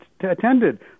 attended